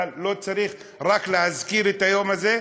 אבל לא צריך רק להזכיר את היום הזה,